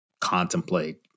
contemplate